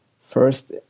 First